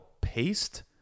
Paste